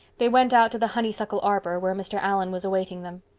they went out to the honeysuckle arbor, where mr. allan was awaiting them.